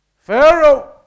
Pharaoh